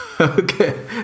Okay